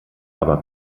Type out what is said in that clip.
aber